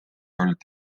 olid